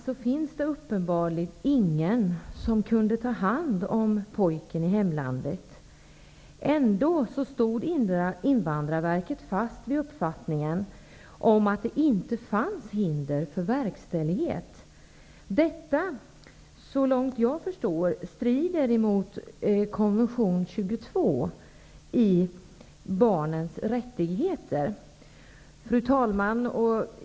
Det fanns uppenbarligen ingen som kunde ta hand om pojken i hemlandet, men ändå stod Invandrarverket fast vid uppfattningen att det inte fanns hinder för verkställighet. Detta strider såvitt jag förstår emot konvention nr 22 om barnens rättigheter. Fru talman!